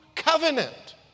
covenant